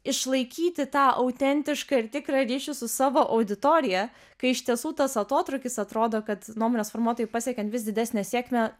išlaikyti tą autentišką ir tikrą ryšį su savo auditorija kai iš tiesų tas atotrūkis atrodo kad nuomonės formuotojų pasiekiant vis didesnę sėkmę